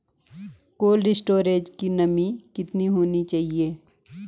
Cold storage की नमी कितनी होनी चाहिए?